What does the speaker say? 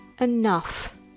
Enough